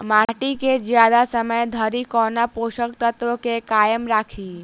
माटि केँ जियादा समय धरि कोना पोसक तत्वक केँ कायम राखि?